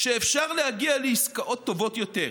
שאפשר להגיע לעסקאות טובות יותר,